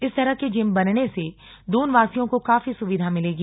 इस तरह के जिम बनने से दूनवासियों को काफी सुविधा मिलेगी